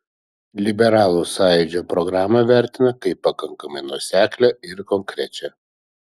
liberalų sąjūdžio programą vertina kaip pakankamai nuoseklią ir konkrečią